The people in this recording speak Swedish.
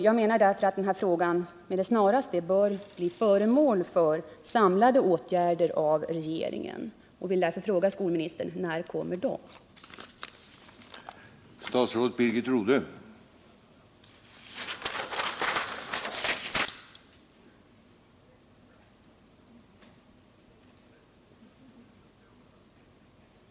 Jag menar därför att denna fråga med det snaraste bör bli föremål för samlade åtgärder från regeringen och vill därför fråga skolministern: När kommer dessa åtgärder att vidtas?